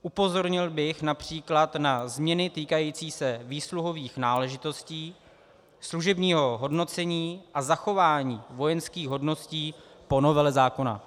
Upozornil bych například na změny týkající se výsluhových náležitostí, služebního hodnocení a zachování vojenských hodností po novele zákona.